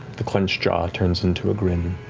the clenched jaw turns into a grin.